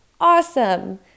awesome